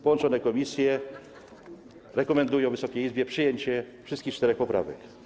Połączone komisje rekomendują Wysokiej Izbie przyjęcie wszystkich czterech poprawek.